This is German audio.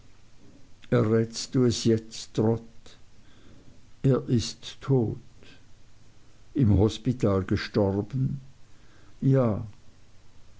errätst du es jetzt trot er ist tot im hospital gestorben ja